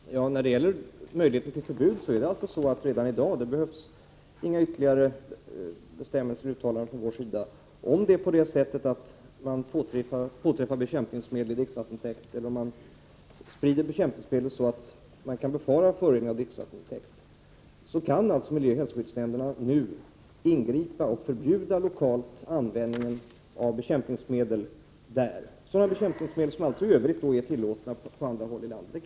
Herr talman! När det gäller möjligheterna att införa förbud är det redan i dag så, att det inte behövs några ytterligare bestämmelser eller uttalanden från vår sida. Om bekämpningsmedel skulle påträffas i en dricksvattentäkt eller om bekämpningsmedel skulle spridas så, att förorening av en dricksvattentäkt kan befaras, kan miljöoch hälsoskyddsnämnderna — som sagt — redan nu ingripa och lokalt förbjuda användningen av bekämpningsmedel. Det gäller sådana bekämpningsmedel som är tillåtna på andra håll i landet.